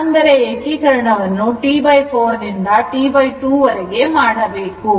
ಅಂದರೆ ಏಕೀಕರಣವನ್ನುT4 ದಿಂದ T2 ವರೆಗೆ ಮಾಡಬೇಕು